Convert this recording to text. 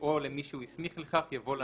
או למי שהוא הסמיך לכך" יבוא "לממונה"